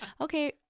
okay